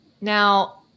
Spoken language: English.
Now